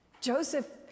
Joseph